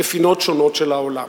בפינות שונות של העולם.